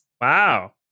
Wow